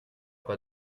pas